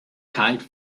kite